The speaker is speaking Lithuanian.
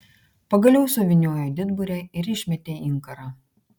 pagaliau suvyniojo didburę ir išmetė inkarą